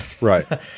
right